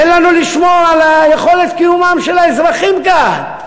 תן לנו יכולת לשמור על יכולת קיומם של האזרחים כאן.